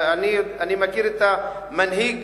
אני מכיר את המנהיג